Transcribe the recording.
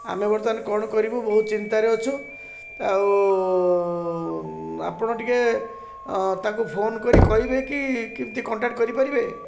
ଆମେ ବର୍ତ୍ତମାନ କ'ଣ କରିବୁ ବହୁତ ଚିନ୍ତାରେ ଅଛୁ ଆଉ ଆପଣ ଟିକେ ତାଙ୍କୁ ଫୋନ୍ କରି କହିବେ କି କେମିତି କଣ୍ଟାକ୍ଟ୍ କରିପାରିବେ